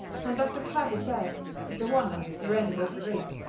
and doctor kirby says it's a wonder they rented us the rig.